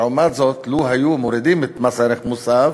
לעומת זאת, לו היו מורידים את מס ערך מוסף,